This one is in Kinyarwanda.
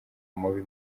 mubi